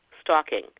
stalking